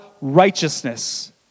righteousness